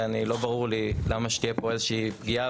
ולא ברור לי למה שתהיה פה איזושהי פגיעה